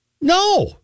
No